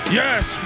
yes